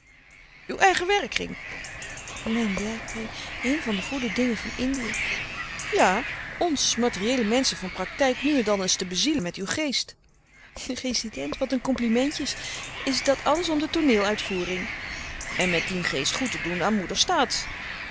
uw eigen werkkring mijn werkkring een van de goede dingen van indië louis couperus de stille kracht ja ons materieele menschen van praktijk nu en dan eens te bezielen met uw geest rezident wat een komplimentjes is dat alles om de tooneel uitvoering en met dien geest goed te doen aan moeder